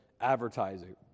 advertising